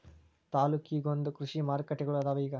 ತಾಲ್ಲೂಕಿಗೊಂದೊಂದ ಕೃಷಿ ಮಾರುಕಟ್ಟೆಗಳು ಅದಾವ ಇಗ